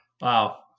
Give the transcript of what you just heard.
Wow